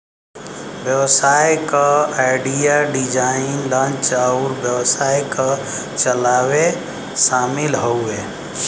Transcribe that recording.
व्यवसाय क idea, design, launch अउर व्यवसाय क चलावे शामिल हउवे